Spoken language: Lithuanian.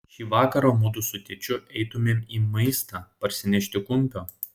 šį vakarą mudu su tėčiu eitumėm į maistą parsinešti kumpio